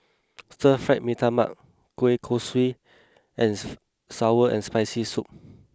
Stir Fried Mee Tai Mak Kueh Kosui and Sour and Spicy Soup